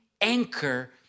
anchor